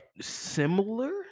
similar